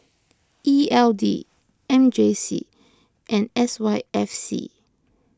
E L D M J C and S Y F C